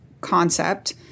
concept